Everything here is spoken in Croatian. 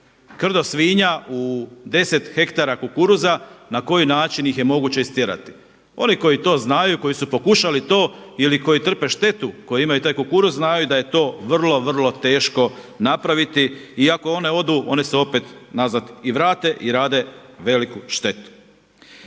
krdo svinja u 10 ha kukuruza na koji način ih je moguće istjerati. Oni koji to znaju i koji su pokušali to ili koji trpe štetu koji imaju taj kukuruz znaju da je to vrlo, vrlo teško napraviti. I ako one odu one se opet nazad i vrate i rade veliku štetu.